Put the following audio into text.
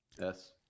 Yes